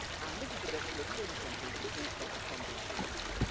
and this is the bit that looks really simple, but it all starts to crumble and fall apart